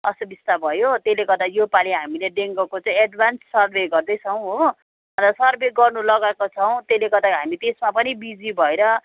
असुविस्ता भयो त्यसले गर्दा योपालि हामीले डेङ्गुको चाहिँ एडभान्स सर्वे गर्दैछौँ हो र सर्वे गर्न लगाएको छौँ त्यसले गर्दाखेरि हामी त्यसमा पनि बिजी भएर